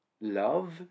Love